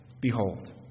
Behold